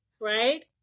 right